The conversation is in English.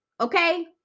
okay